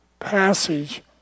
passage